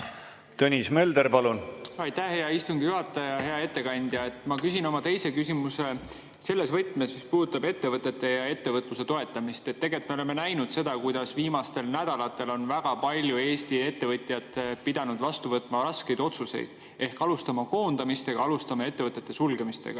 Tõnis Mölder, palun! Aitäh, hea istungi juhataja! Hea ettekandja! Ma küsin oma teise küsimuse selles võtmes, mis puudutab ettevõtete ja ettevõtluse toetamist. Tegelikult me oleme näinud, kuidas viimastel nädalatel on väga paljud Eesti ettevõtjad pidanud vastu võtma raskeid otsuseid ehk alustama koondamisi või ettevõtete sulgemist.